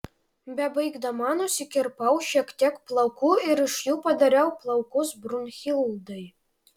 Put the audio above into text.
bebaigdama nusikirpau šiek tiek plaukų ir iš jų padariau plaukus brunhildai